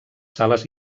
sales